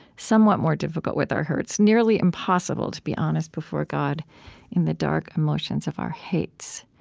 somewhat more difficult with our hurts, nearly impossible to be honest before god in the dark emotions of our hates.